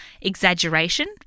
exaggeration